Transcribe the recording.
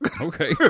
Okay